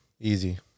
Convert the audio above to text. Easy